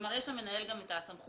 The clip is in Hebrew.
כלומר, יש למנהל גם את הסמכות